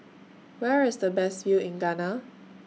Where IS The Best View in Ghana